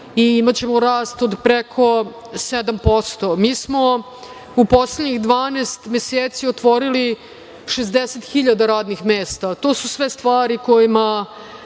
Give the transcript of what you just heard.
i imaćemo rast od preko 7%.Mi smo u poslednjih 12 meseci otvorili 60.000 radnih mesta. To su sve stvari kojima